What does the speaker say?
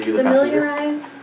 familiarize